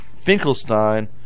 Finkelstein